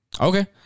Okay